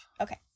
Okay